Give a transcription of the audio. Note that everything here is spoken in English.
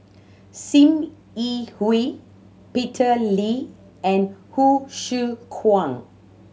Sim Yi Hui Peter Lee and Hsu Tse Kwang